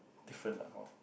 different lah hor